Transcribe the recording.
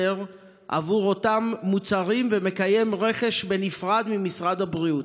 עבור אותם מוצרים ומקיים רכש בנפרד ממשרד הבריאות.